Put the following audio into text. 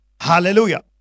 Hallelujah